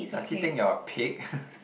does he think you're a pig